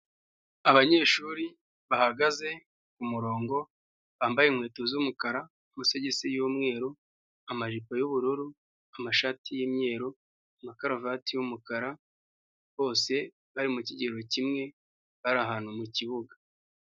Abanyeshuri bahagaze ku murongo bambaye inkweto z'umukara, amasogisi y'umweru ,amajipo y'ubururu, amashati y'imyeru, amakaruvati y'umukara, bose bari mu kigero kimwe bari ahantu mu kibuga.